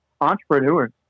entrepreneurs